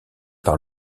par